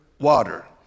water